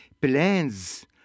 plans